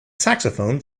saxophone